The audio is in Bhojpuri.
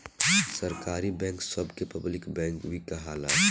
सरकारी बैंक सभ के पब्लिक बैंक भी कहाला